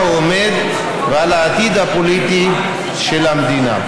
הוא עומד ועל העתיד הפוליטי של המדינה.